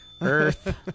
earth